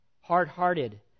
hard-hearted